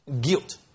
guilt